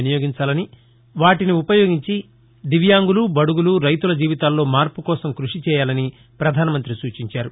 వినియోగించాలని వాటిని ఉపయోగించి దివ్యాంగులు బడుగులు రైతుల జీవితాల్లో మార్పుకోసం కృషి చేయాలని పధానమంతి సూచించారు